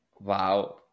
Wow